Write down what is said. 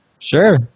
Sure